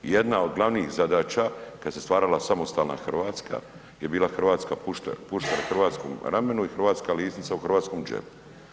Jedna od glavnih zadaća kada se stvarala samostalna Hrvatska je bila puška na hrvatskom ramenu i hrvatska lisnica u hrvatskom džepu.